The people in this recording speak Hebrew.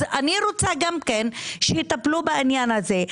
אני רוצה גם כן שיטפלו בדבר הזה.